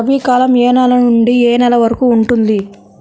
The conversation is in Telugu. రబీ కాలం ఏ నెల నుండి ఏ నెల వరకు ఉంటుంది?